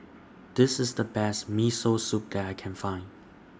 This IS The Best Miso Soup that I Can Find